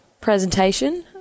presentation